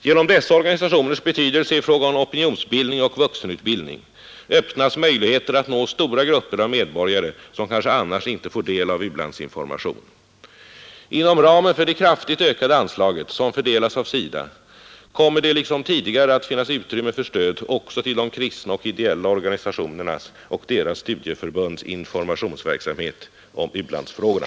Genom dessa organisationers betydelse i fråga om opinionsbildning och vuxenutbildning öppnas möjligheter att nå stora grupper av medborgare, som kanske annars inte får del av u-landsinformation. Inom ramen för det kraftigt ökade anslaget, som fördelas av SIDA, kommer det liksom tidigare att finnas utrymme för stöd också till de kristna och ideella organisationernas och deras studieförbunds informationsverksamhet om u-landsfrågorna.